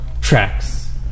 tracks